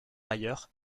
ailleurs